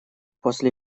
после